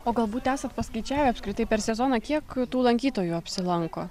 o galbūt esat paskaičiavę apskritai per sezoną kiek tų lankytojų apsilanko